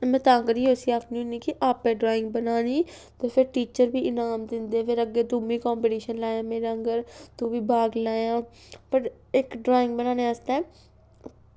ते में तां करियै उसी आखनी होन्नी कि आपें ड्राईंग बनानी ते फिर टीचर बी इनाम दिंदे ते फिर तुमीं लायां कंपीटिशन मेरे आंह्गर तू बी बैग लैएआं पर इक ड्राईंग बनाने आस्तै